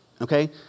Okay